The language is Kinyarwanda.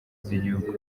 z’igihugu